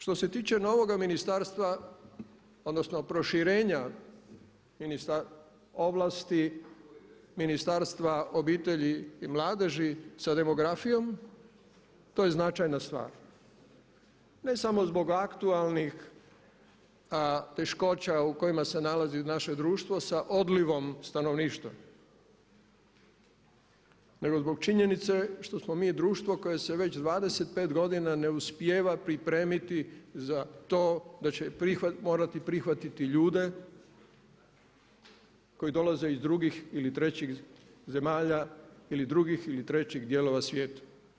Što se tiče novoga ministarstva odnosno proširenja ovlasti Ministarstva obitelji i mladeži sa demografijom, to je značajna stvar, ne samo zbog aktualnih teškoća u kojima se nalazi naše društvo sa odlivom stanovništva nego zbog činjenice što smo mi društvo koje se već 25 godina ne uspijeva pripremiti za to da morati prihvatiti ljude koji dolaze iz drugih ili trećih zemalja ili drugih ili trećih dijelova svijeta.